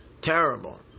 terrible